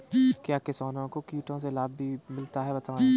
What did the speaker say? क्या किसानों को कीटों से लाभ भी मिलता है बताएँ?